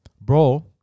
Bro